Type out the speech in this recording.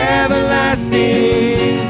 everlasting